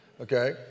okay